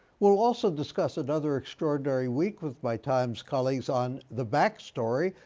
we'll also discuss another extraordinary week with my times colleagues on the back story.